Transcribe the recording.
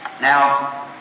Now